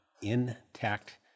Intact